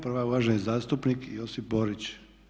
Prva je uvaženi zastupnik Josip Borić.